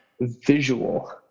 visual